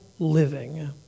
Living